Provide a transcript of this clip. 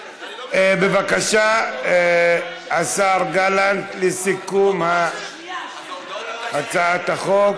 בבקשה, השר גלנט, לסיכום הצעת החוק.